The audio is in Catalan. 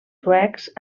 suecs